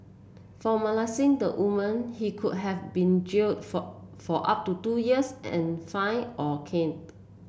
for molesting the woman he could have been jailed for for up to two years and fined or caned